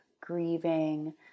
grieving